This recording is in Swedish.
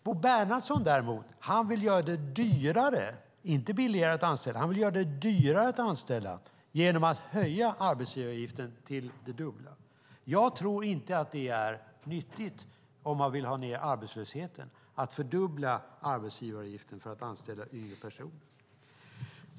Bo Bernhardsson däremot vill göra det dyrare, inte billigare, att anställa genom att höja arbetsgivaravgiften till det dubbla. Om man vill ha ned arbetslösheten tror jag inte att det är nyttigt att fördubbla arbetsgivaravgiften för att anställa yngre personer.